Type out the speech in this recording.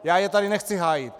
Já je tady nechci hájit.